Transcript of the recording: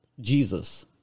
Jesus